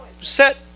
set